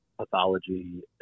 pathology